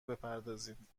بپردازید